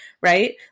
right